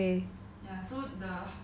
otter-sized horses